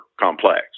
complex